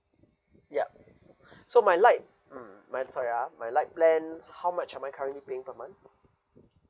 ya so my lite mm mine sorry ah my lite plan how much am I currently paying per month